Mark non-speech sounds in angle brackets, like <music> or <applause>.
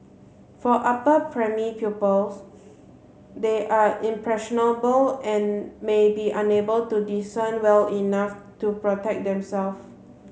for upper <unintelligible> pupils they are impressionable and may be unable to discern well enough to protect themself